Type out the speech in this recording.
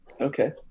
Okay